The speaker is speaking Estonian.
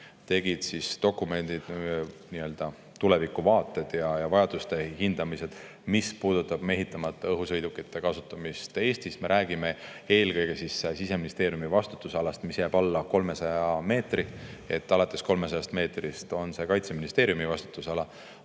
tegid dokumendid, nii-öelda tulevikuvaated ja vajaduste hindamised, mis puudutasid mehitamata õhusõidukite kasutamist Eestis. Me räägime eelkõige Siseministeeriumi vastutusalast, mis jääb alla 300 meetri. Alates 300 meetrist on see Kaitseministeeriumi vastutusala,